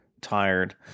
tired